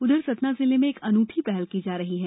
उधर सतना जिले में एक अनूठी पहल की जा रही है